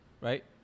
right